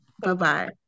Bye-bye